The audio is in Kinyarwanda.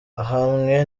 ahamwe